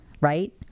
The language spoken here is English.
right